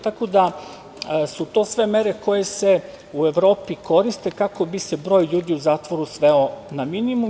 Tako da, su to sve mere koje se u Evropi koriste kako bi se broj ljudi u zatvoru sveo na minimum.